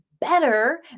better